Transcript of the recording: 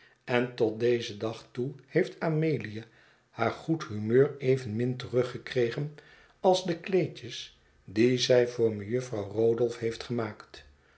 en tot dezen dag toe heeft amelia haar goed humeur evenmin teruggekregen als de kleedjes die zij voor mejufvrouw rodolph heeft gemaakt